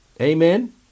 Amen